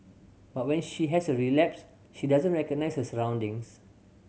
but when she has a relapse she doesn't recognise her surroundings